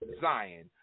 Zion